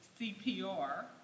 CPR